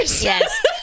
Yes